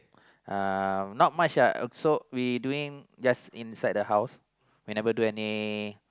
uh not much ah so we doing just inside the house we never do any